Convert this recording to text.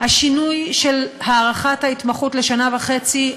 השינוי של הארכת ההתמחות לשנה וחצי,